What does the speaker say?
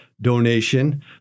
donation